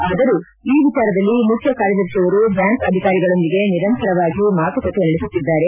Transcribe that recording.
ಆದರೂ ಈ ವಿಚಾರದಲ್ಲಿ ಮುಖ್ಯ ಕಾರ್ಯದರ್ಶಿಯವರು ಬ್ಯಾಂಕ್ ಅಧಿಕಾರಿಗಳೊಂದಿಗೆ ನಿರಂತರವಾಗಿ ಮಾತುಕತೆ ನಡೆಸುತ್ತಿದ್ದಾರೆ